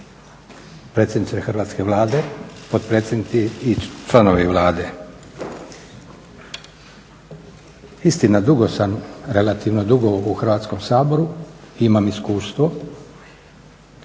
predsjedniče Hrvatske vlade, potpredsjednici i članovi Vlade. Istina dugo sam, relativno dugo, u Hrvatskom saboru, imam iskustvo,